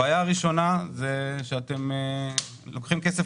הבעיה הראשונה זה שאתם לוקחים כסף